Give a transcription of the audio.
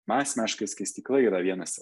man asmeniškai skaistykla yra vienas